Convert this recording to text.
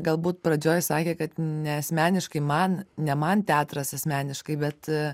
galbūt pradžioj sakė kad ne asmeniškai man ne man teatras asmeniškai bet